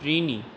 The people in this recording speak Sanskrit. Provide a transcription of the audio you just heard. त्रीणि